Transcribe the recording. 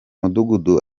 mudugudu